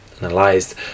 analyzed